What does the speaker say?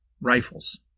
Rifles